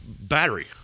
battery